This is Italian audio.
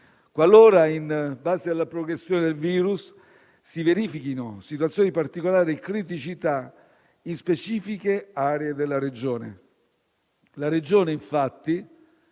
qualora, in base alla progressione del virus, si verifichino situazioni particolari e criticità in specifiche aree della Regione. La Regione, infatti,